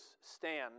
stand